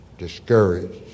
discouraged